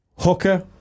Hooker